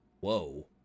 Whoa